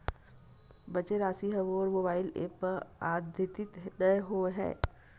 बचे राशि हा मोर मोबाइल ऐप मा आद्यतित नै होए हे